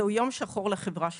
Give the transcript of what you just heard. זהו יום שחור לחברה שלנו.